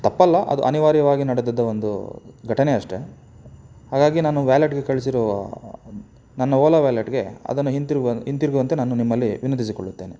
ತಪ್ಪಲ್ಲ ಅದು ಅನಿವಾರ್ಯವಾಗಿ ನಡೆದಿದ್ದ ಒಂದು ಘಟನೆ ಅಷ್ಟೇ ಹಾಗಾಗಿ ನಾನು ವ್ಯಾಲೆಟ್ಗೆ ಕಳಿಸಿರುವ ನನ್ನ ಓಲಾ ವ್ಯಾಲೆಟ್ಗೆ ಅದನ್ನು ಹಿಂತಿರುಗುವ ಹಿಂತಿರುಗುವಂತೆ ನಾನು ನಿಮ್ಮಲ್ಲಿ ವಿನಂತಿಸಿಕೊಳ್ಳುತ್ತೇನೆ